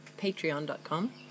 patreon.com